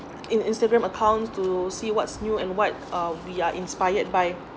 in instagram accounts to see what's new and what uh we are inspired by